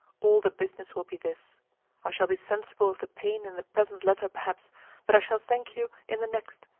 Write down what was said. all the business will be this i shall be sensible of the pain in the present letter perhaps but i shall thank you in the next,